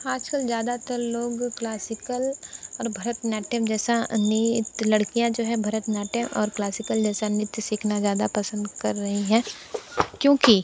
आज कल ज्यादातर लोग क्लासिकल और भरतनाट्यम् जैसा नृत्य लड़कियां जो हैं भरतनाट्यम् और क्लासिकल जैसा नृत्य सीखना ज्यादा पसंद कर रही हैं क्योंकि